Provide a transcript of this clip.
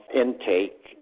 intake